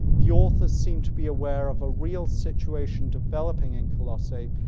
the authors seem to be aware of a real situation developing in colossae,